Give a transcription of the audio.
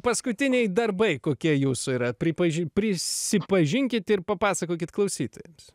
paskutiniai darbai kokie jūsų yra pripažinti prisipažinkit ir papasakokit klausytojams